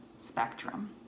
spectrum